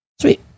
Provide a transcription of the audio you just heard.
Sweet